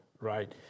right